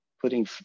putting